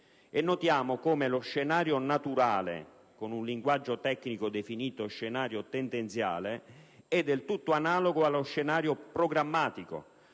notiamo come lo scenario naturale - con linguaggio tecnico definito scenario tendenziale - è del tutto analogo allo scenario programmatico,